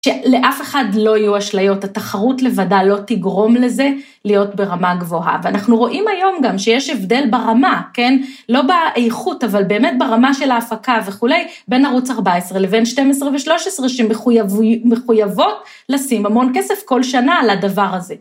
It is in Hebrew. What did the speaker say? שלאף אחד לא יהיו אשליות, התחרות לבדה לא תגרום לזה להיות ברמה גבוהה. ואנחנו רואים היום גם שיש הבדל ברמה, כן? לא באיכות, אבל באמת ברמה של ההפקה וכולי, בין ערוץ 14 לבין 12 ו-13, שמחויבות לשים המון כסף כל שנה על הדבר הזה.